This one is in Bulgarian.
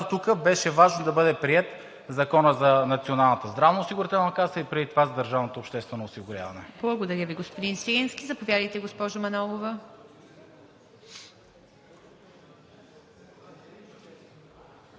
тук беше важно да бъде приет Законът за Националната здравноосигурителна каса и преди това за държавното обществено осигуряване. ПРЕДСЕДАТЕЛ ИВА МИТЕВА: Благодаря Ви, господин Свиленски. Заповядайте, госпожо Манолова.